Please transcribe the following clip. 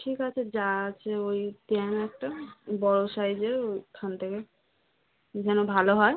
ঠিক আছে যা আছে ওই দিন একটা বড়ো সাইজের ওখান থেকে যেন ভালো হয়